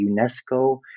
UNESCO